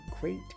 great